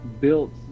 built